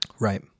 Right